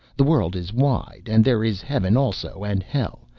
the world is wide, and there is heaven also, and hell,